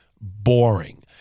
boring